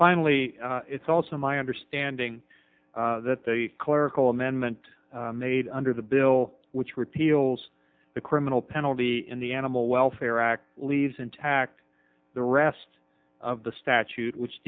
finally it's also my understanding that the clerical amendment made under the bill which repeals the criminal penalty in the animal welfare act leaves intact the rest of the statute which